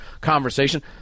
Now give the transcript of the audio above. conversation